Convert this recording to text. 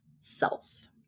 self